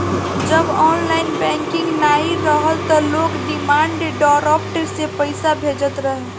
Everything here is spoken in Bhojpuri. जब ऑनलाइन बैंकिंग नाइ रहल तअ लोग डिमांड ड्राफ्ट से पईसा भेजत रहे